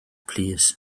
plîs